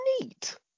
Neat